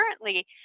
currently